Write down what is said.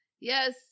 yes